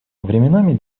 временами